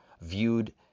viewed